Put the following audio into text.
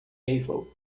eiffel